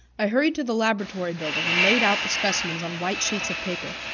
i hurried to the laboratory building, and laid out the specimens on white sheets of paper,